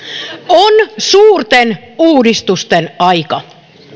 on suurten uudistusten aika